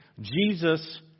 Jesus